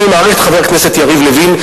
אני מעריך את חבר הכנסת יריב לוין,